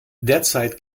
derzeit